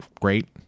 great